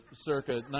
circa